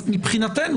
מבחינתנו,